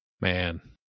man